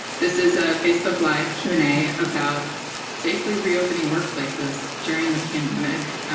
this is a facebook live q and a about safely re-opening workplaces during the pandemic.